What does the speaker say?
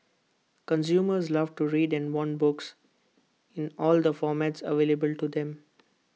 consumers love to read and want books in all the formats available to them